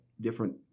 different